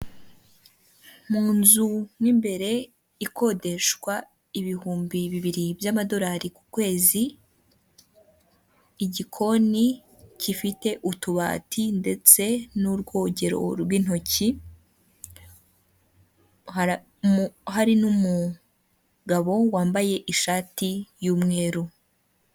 Ifoto y'abana b'abanyeshuri bicaye muri sale, imbere yaho hakaba hari umuyobozi urimo kubaha amabwiriza.